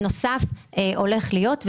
הנוסף הולך להיות.